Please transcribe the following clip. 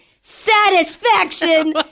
satisfaction